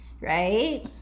right